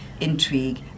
intrigue